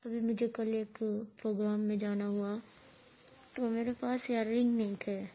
ابھی مجھے کل ایک پروگرام میں جانا ہوا تو میرے پاس ایئر رنگ نہیں تھے